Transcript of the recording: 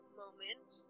moment